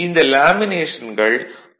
இந்த லேமினேஷன்கள் பொதுவாக 0